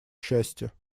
счастья